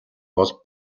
бол